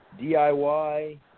DIY